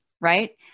right